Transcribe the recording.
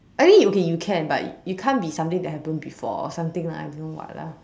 I mean okay you can but it can't be something that happened before or something lah I don't know what lah